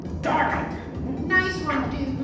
darn him. nice one, dude.